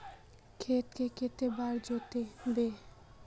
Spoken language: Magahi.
खेत के कते बार जोतबे?